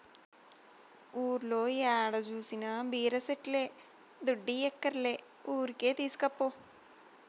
ఊర్లో ఏడ జూసినా బీర సెట్లే దుడ్డియ్యక్కర్లే ఊరికే తీస్కపో